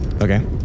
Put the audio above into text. Okay